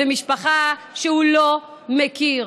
משפחה שהוא לא מכיר.